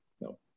No